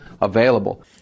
available